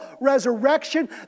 resurrection